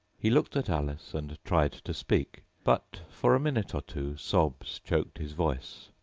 he looked at alice, and tried to speak, but for a minute or two sobs choked his voice.